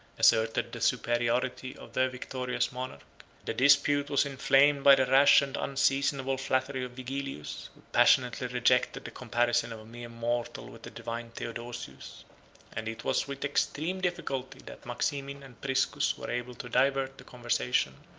asserted the superiority of their victorious monarch the dispute was inflamed by the rash and unseasonable flattery of vigilius, who passionately rejected the comparison of a mere mortal with the divine theodosius and it was with extreme difficulty that maximin and priscus were able to divert the conversation,